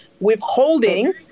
withholding